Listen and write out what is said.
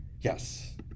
yes